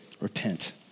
repent